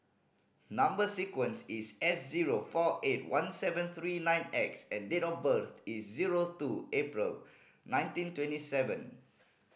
number sequence is S zero four eight one seven three nine X and date of birth is zero two April nineteen twenty seven